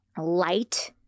light